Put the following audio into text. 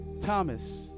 Thomas